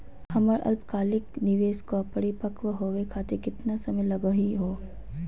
हमर अल्पकालिक निवेस क परिपक्व होवे खातिर केतना समय लगही हो?